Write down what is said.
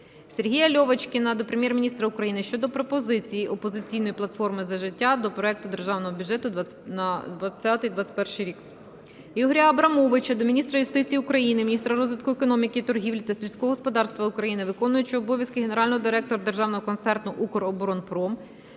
Сергія Льовочкіна до Прем'єр-міністра України щодо пропозицій "Опозиційної платформи - За життя" до проекту Державного бюджету на 2021. Ігоря Абрамовича до міністра юстиції України, міністра розвитку економіки, торгівлі та сільського господарства України, виконуючого обов’язки генерального директора Державного концерну "Укроборонпром"